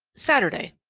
saturday.